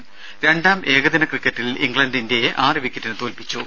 ത രണ്ടാം ഏകദിന ക്രിക്കറ്റിൽ ഇംഗ്ലണ്ട് ഇന്ത്യയെ ആറ് വിക്കറ്റിന് തോൽപ്പിച്ചു